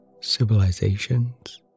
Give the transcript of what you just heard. civilizations